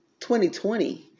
2020